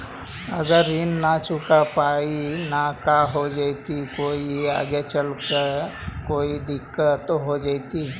अगर ऋण न चुका पाई न का हो जयती, कोई आगे चलकर कोई दिलत हो जयती?